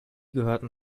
gehörten